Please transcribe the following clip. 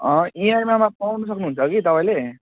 इएमआईमा पाउनु सक्नुहुन्छ कि तपाईँले